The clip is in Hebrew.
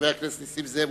רצוני לשאול: